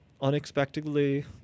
unexpectedly